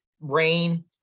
rain